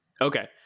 Okay